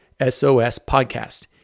SOSpodcast